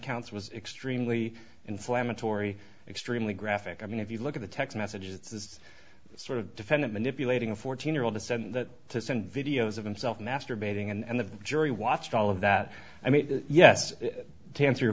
counts was extremely inflammatory extremely graphic i mean if you look at the text messages it's sort of defendant manipulating a fourteen year old to send that to send videos of himself masturbating and the jury watched all of that i mean yes to answer your